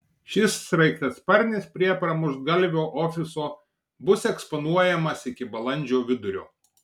šis sraigtasparnis prie pramuštgalvio ofiso bus eksponuojamas iki balandžio vidurio